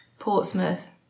Portsmouth